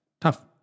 Tough